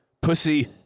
pussy